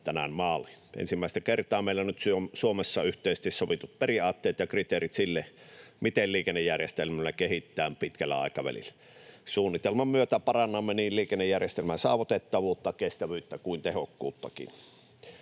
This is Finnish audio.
tänään maaliin. Ensimmäistä kertaa meillä on nyt Suomessa yhteisesti sovitut periaatteet ja kriteerit sille, miten liikennejärjestelmää kehitetään pitkällä aikavälillä. Suunnitelman myötä parannamme niin liikennejärjestelmän saavutettavuutta, kestävyyttä kuin tehokkuuttakin.